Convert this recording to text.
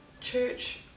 church